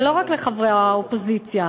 ולא רק לחברי האופוזיציה,